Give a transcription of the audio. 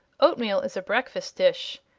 oatmeal is a breakfast dish,